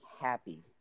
happy